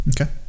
Okay